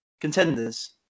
contenders